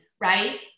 right